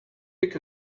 pick